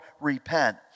repent